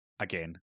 Again